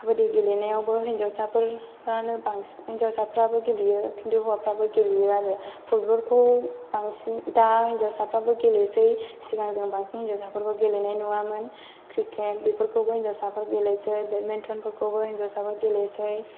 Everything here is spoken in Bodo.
काबादि गेलेनायावबो हिनजावसाफोरानो बांसिन हिनजावफ्राबो गेलेयो खिन्थु हौवाफ्राबो गेलेयो आरो फुटबलखौ बांसिन दा हिनजावसाफ्राबो गेलेसै सिगां जों बांसिन हिनजावसाफोरखौ गेलेनाय नुवामोन क्रिकेट बेफोरखौबो हिनजावसाफोर गेलेसै बेडमिन्टनफोरखौबो हिनजावसाफोर गेलेसै